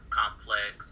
complex